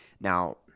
now